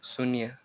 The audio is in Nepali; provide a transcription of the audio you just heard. शून्य